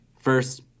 First